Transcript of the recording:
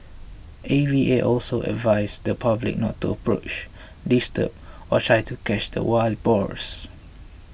A V A also advised the public not to approach disturb or try to catch the wild boars